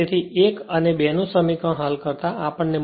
તેથી 1 અને 2 નું સમીકરણ હલ કરતાં આપણ ને મળશે W i 267